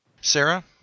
Sarah